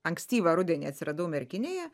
ankstyvą rudenį atsiradau merkinėje